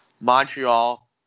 Montreal